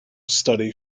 study